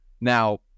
Now